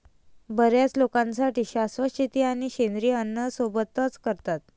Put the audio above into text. बर्याच लोकांसाठी शाश्वत शेती आणि सेंद्रिय अन्न सोबतच करतात